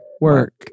work